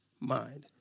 mind